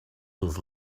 this